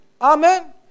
Amen